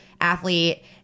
athlete